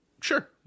Sure